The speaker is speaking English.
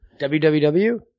www